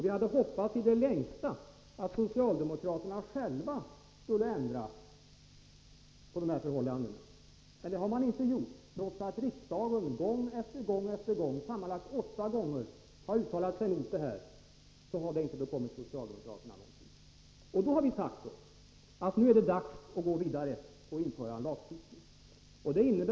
Vi hade hoppats, i det längsta, att socialdemokraterna själva skulle ändra på förhållandena. Men det har man inte gjort. Trots att riksdagen gång efter gång — sammanlagt åtta gånger — har uttalat sig mot kollektivanslutning, har det inte bekommit socialdemokraterna alls. Då har vi sagt: Nu är det dags att gå vidare och införa lagstiftning.